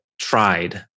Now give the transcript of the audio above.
tried